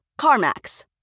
CarMax